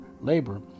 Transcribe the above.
labor